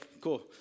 cool